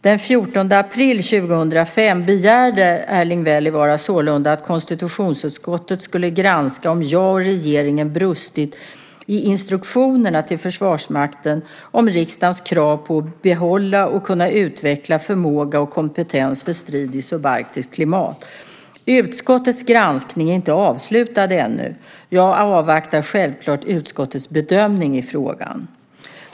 Den 14 april 2005 begärde Erling Wälivaara sålunda att konstitutionsutskottet skulle granska om jag och regeringen brustit i instruktionerna till Försvarsmakten om riksdagens krav på att behålla och kunna utveckla förmåga och kompetens för strid i subarktiskt klimat. Utskottets granskning är ännu inte avslutad. Jag avvaktar självklart utskottets bedömning av frågan.